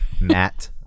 Matt